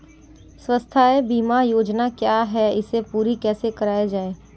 स्वास्थ्य बीमा योजना क्या है इसे पूरी कैसे कराया जाए?